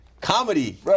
comedy